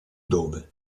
dove